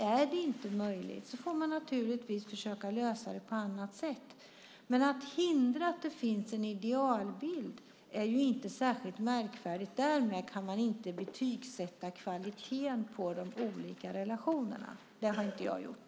Är det inte möjligt får man naturligtvis försöka lösa det på annat sätt. Att det finns en idealbild är inte särskilt märkvärdigt. Men därmed kan man inte betygssätta kvaliteten på de olika relationerna. Det har inte jag gjort.